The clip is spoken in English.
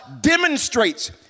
demonstrates